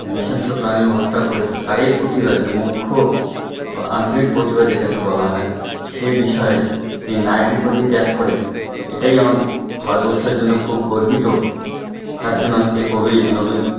নৃশংস প্রাণগুলো হত্যা করেছিল তারই প্রতিবাদে মুখ্য ও আন্তরিক প্রতিবাদ যেটাকে বলা হয় সে বিষয়ে তিনি নাইট উপাধি ত্যাগ করে এটাই আমার ভারতবর্ষের জন্য খুব গর্বিত তার জন্য আজকে কবি রবি